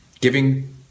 giving